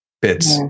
bits